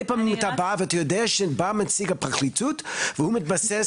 פעמים אתה בא ואתה יודע שבא נציג הפרקליטות והוא מתבסס